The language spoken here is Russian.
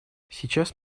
сейчас